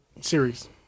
series